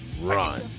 run